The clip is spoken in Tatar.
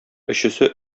өчесе